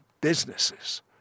businesses